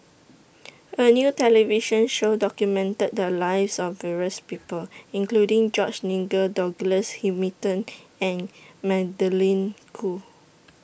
A New television Show documented The Lives of various People including George Nigel Douglas Hamilton and Magdalene Khoo